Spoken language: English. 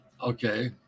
Okay